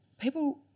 People